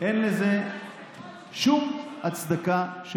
אין לזה שום הצדקה.